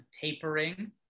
tapering